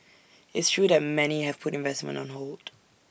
it's true that many have put investment on hold